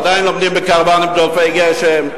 עדיין לומדים בקרוונים דולפי גשם,